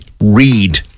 read